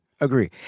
agree